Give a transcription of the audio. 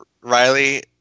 Riley